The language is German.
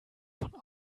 von